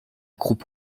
croupe